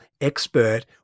expert